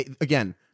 again